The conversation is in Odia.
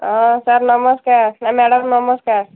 ହଁ ସାର୍ ନମସ୍କାର ନା ମ୍ୟାଡ଼ାମ ନମସ୍କାର